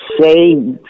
say